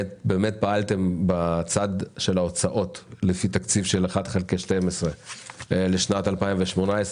באמת פעלתם בצד של ההוצאות לפי תקציב של 1 חלקי 12 לשנת 2018,